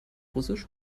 russisch